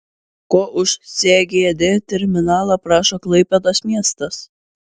ko už sgd terminalą prašo klaipėdos miestas